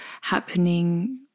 happening